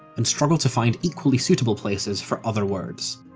and struggled to find equally suitable places for other words.